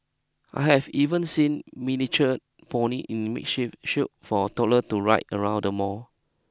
I have even seen miniature ponies in makeshift shield for toddlers to ride around the mall